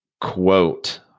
quote